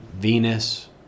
Venus